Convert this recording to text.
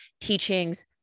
teachings